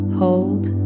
hold